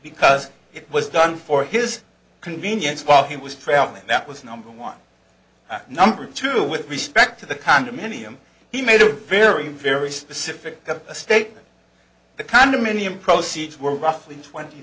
because it was done for his convenience while he was traveling that was number one and number two with respect to the condominium he made a very very specific that a statement the condominium proceeds were roughly twenty